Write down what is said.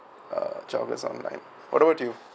uh joggers online what about you